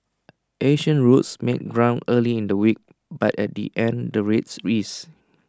Asian routes made ground early in the week but at the end the rates eased